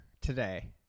today